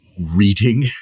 reading